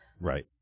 Right